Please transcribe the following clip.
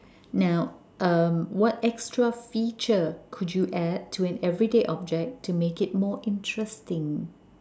now uh what extra feature could you add to an everyday object to make it more interesting